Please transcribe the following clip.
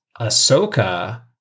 Ahsoka